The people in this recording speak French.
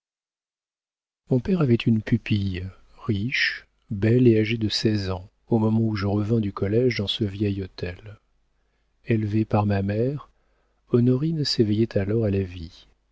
mon père avait une pupille riche belle et âgée de seize ans au moment où je revins du collége dans ce vieil hôtel élevée par ma mère honorine s'éveillait alors à la vie